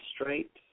straight